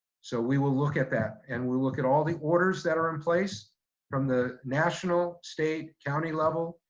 so we will look at that and we look at all the orders that are in place from the national, state, county level,